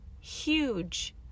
huge